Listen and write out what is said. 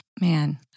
Man